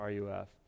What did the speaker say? RUF